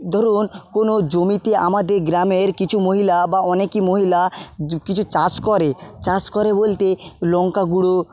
ধরুন কোনো জমিতে আমাদের গ্রামের কিছু মহিলা বা অনেকই মহিলা কিছু চাষ করে চাষ করে বলতে লঙ্কা গুঁড়ো